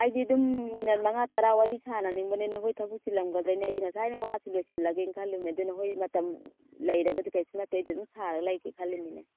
ꯑꯩꯗꯤ ꯑꯗꯨꯝ ꯃꯤꯅꯠ ꯃꯉꯥ ꯇꯔꯥ ꯋꯥꯔꯤ ꯁꯥꯟꯅꯅꯤꯡꯕꯅꯦ ꯅꯈꯣꯏ ꯊꯕꯛ ꯆꯤꯜꯂꯝꯒꯗ꯭ꯔꯅ ꯑꯥꯗꯤ ꯉꯁꯥꯏꯅ ꯋꯥꯁꯤ ꯂꯣꯏꯁꯤꯜꯂꯒꯦꯅ ꯈꯜꯂꯤꯅꯤ ꯑꯗꯨ ꯅꯈꯣꯏ ꯃꯇꯝ ꯂꯩꯔꯒꯗꯤ ꯀꯔꯤꯁꯨ ꯅꯠꯇꯦ ꯑꯩꯗꯤ ꯑꯗꯨꯝ ꯁꯥꯔꯒ ꯂꯩꯒꯦ ꯈꯜꯂꯤꯃꯤꯅꯦ